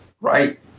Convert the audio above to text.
Right